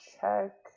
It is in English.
check